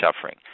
suffering